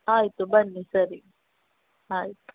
ಆಯಿತು ಬನ್ನಿ ಸರಿ ಆಯಿತು